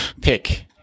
pick